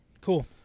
Cool